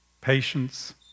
patience